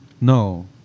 No